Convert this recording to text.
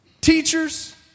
teachers